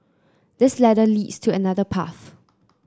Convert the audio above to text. this ladder leads to another path